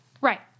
Right